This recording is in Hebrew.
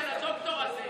של הדוקטור הזה.